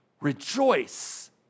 rejoice